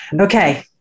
Okay